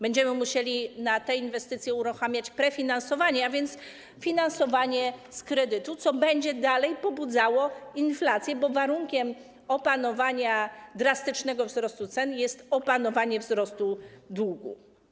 Będziemy musieli na te inwestycje uruchamiać prefinansowanie, a więc finansowanie z kredytu, co dalej będzie pobudzało inflację, a warunkiem opanowania drastycznego wzrostu cen jest opanowanie wzrostu długu.